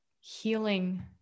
healing